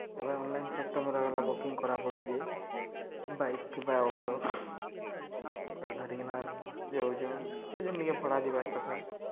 ଏବେ ଅନ୍ଲାଇନ୍ ସିଷ୍ଟମ୍ରେ ଗଲା ବୁକିଂ କର୍ବାକେ ପଡ଼ୁଛେ ବାଇକ୍ କିମ୍ବା ଅଟୋ ଧରିକିନା ଯୋଉଚୁଁ ଯେ ଯେନିକେ ଭଡ଼ା ଯିବାର୍ କଥା